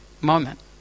moment